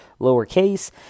lowercase